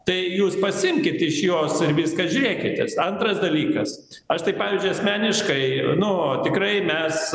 tai jūs pasiimkit iš jos ir viską žiūrėkitės antras dalykas aš tai pavyzdžiui asmeniškai nu tikrai mes